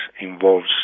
involves